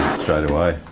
straight away.